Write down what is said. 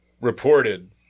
reported